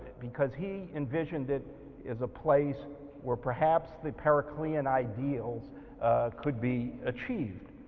because he envisioned it as a place where perhaps the periclean ideals could be achieved.